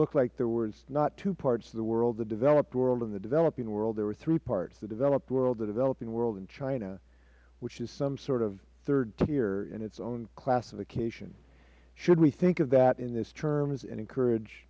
looked like there was not two parts of the world the developed world and the developing world there were three parts the developed world the developing world and china which is some sort of third tier in its classification should we think of that in these terms and encourage